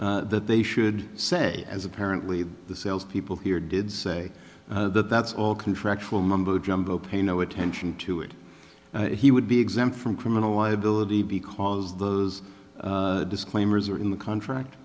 salespeople that they should say as apparently the sales people here did say that that's all contractual mumbojumbo pay no attention to it and he would be exempt from criminal liability because those disclaimers are in the contract